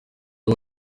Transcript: ubu